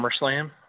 SummerSlam